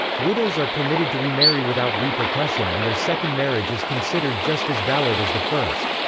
widows are permitted to remarry without repercussion and their second marriage is considered just as valid as the first.